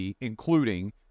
including